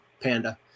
panda